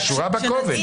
שורה בקובץ.